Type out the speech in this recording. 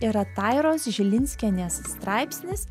yra tairos žilinskienės straipsnis